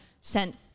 sent